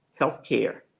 healthcare